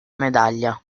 medaglia